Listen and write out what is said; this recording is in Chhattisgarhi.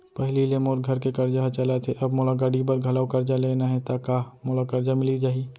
पहिली ले मोर घर के करजा ह चलत हे, अब मोला गाड़ी बर घलव करजा लेना हे ता का मोला करजा मिलिस जाही?